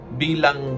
bilang